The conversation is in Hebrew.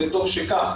וטוב שכך,